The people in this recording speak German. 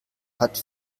hat